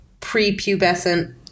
prepubescent